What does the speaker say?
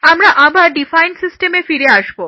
আমরা আবার ডিফাইন্ড সিস্টেমে ফিরে আসবো